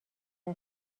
چرا